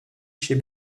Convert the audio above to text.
chez